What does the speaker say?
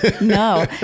No